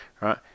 right